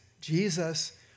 Jesus